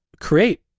create